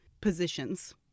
positions